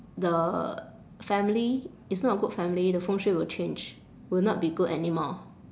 the family is not a good family the 风水 will change will not be good anymore